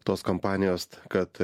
tos kompanijos kad